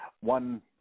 one